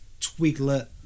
twiglet